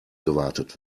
gewartet